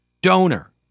Donor